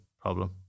problem